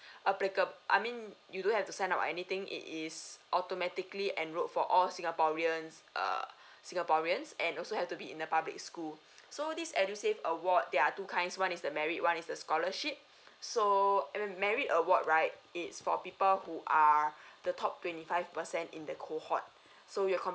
applicab~ I mean you do have to sign up or anything is automatically enrolled for all singaporeans err singaporeans and also have to be in the public school so this edusave award there are two kinds one is the merit one is the scholarship so merit award right it's for people who are the top twenty five percent in the cohort so your com~